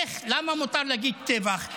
איך, למה מותר להגיד "טבח"?